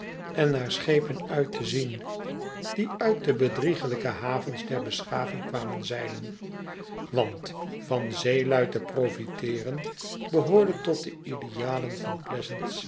en naar schepen uit te zien die uit de bedrieglijke havens der beschaving kwamen zeilen want van zeelui te profiteeren behoorde tot de idealen van